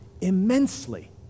immensely